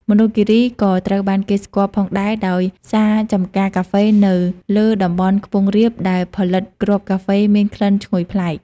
មណ្ឌលគិរីក៏ត្រូវបានគេស្គាល់ផងដែរដោយសារចម្ការកាហ្វេនៅលើតំបន់ខ្ពង់រាប ដែលផលិតគ្រាប់កាហ្វេមានក្លិនឈ្ងុយប្លែក។